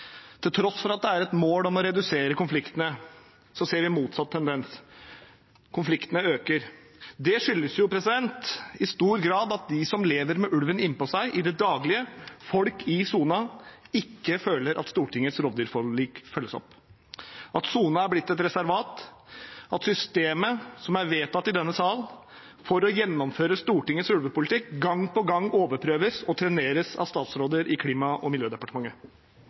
Til tross for at det er et mål å redusere konfliktene, ser vi motsatt tendens. Konfliktene øker. Det skyldes i stor grad at de som lever med ulven innpå seg i det daglige, folk i sonen, ikke føler at Stortingets rovdyrforlik følges opp, at sonen er blitt et reservat, at systemet som er vedtatt i denne sal for å gjennomføre Stortingets ulvepolitikk, gang på gang overprøves og treneres av statsråder i Klima- og miljødepartementet.